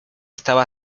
estaba